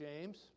James